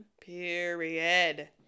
Period